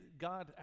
God